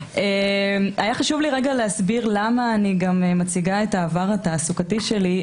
היה חשוב לי להסביר למה אני גם מציגה את העבר התעסוקתי שלי,